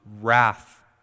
wrath